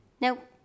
Nope